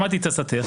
שמעתי את עצתך,